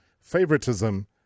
favoritism